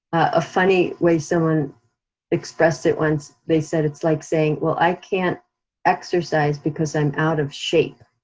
a funny way someone expressed it once, they said it's like saying, well, i can't exercise because i'm out of shape.